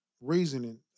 Reasoning